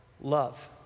Love